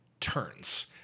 turns